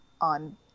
on